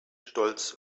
stolz